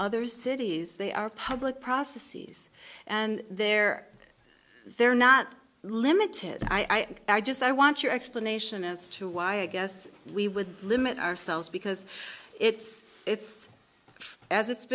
other cities they are public processes and they're they're not limited i just i want your explanation as to why i guess we would limit ourselves because it's it's as it's